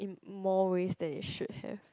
more ways than it should have